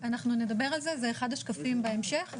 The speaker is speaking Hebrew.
אנחנו נדבר על זה, זה אחד השקפים בהמשך.